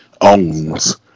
owns